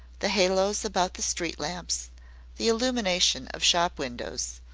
the halos about the street-lamps, the illumination of shop-windows,